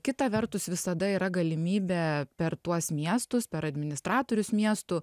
kita vertus visada yra galimybė per tuos miestus per administratorius miestų